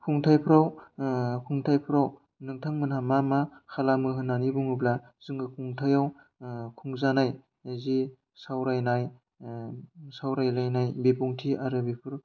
खुंथाइफ्राव खुंथाइफ्राव नोंथांमोनहा मा मा खालामो होन्नानै बुङोब्ला जोङो खुंथायाव खुंजानाय जे सावरायनाय सावरायलायनाय बिबुंथि आरो बेफोर